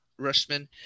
Rushman